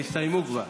שהסתיימו כבר.